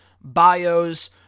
bios